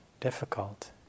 difficult